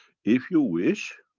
if you wish,